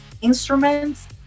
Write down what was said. instruments